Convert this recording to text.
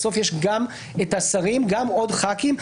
בסוף יש גם את השרים, גם עוד חברי כנסת.